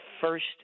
first